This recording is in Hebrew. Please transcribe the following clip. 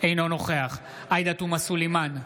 אינו נוכח עאידה תומא סלימאן,